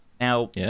Now